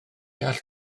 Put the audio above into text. all